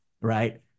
Right